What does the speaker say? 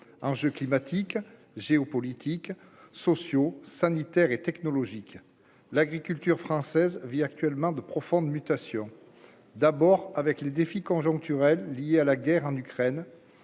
enjeux climatiques géopolitiques, socio-sanitaires et technologiques, l'agriculture française vit actuellement de profondes mutations, d'abord avec le défi conjoncturel lié à la guerre en Ukraine,